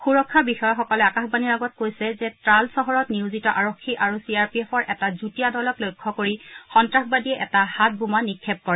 সুৰক্ষা বিষয়াসকলে আকাশবাণীৰ আগত কৈছে যে ট্ৰাল চহৰত নিয়োজিত আৰক্ষী আৰু চি আৰ পি এফৰ এটা যুটীয়া দলক লক্ষ্য কৰি সন্তাসবাদীয়ে এটা হাতবোমা নিক্ষেপ কৰে